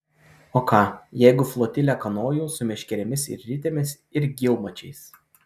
o ką jeigu flotilę kanojų su meškerėmis ir ritėmis ir gylmačiais